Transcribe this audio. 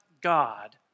God